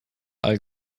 all